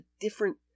different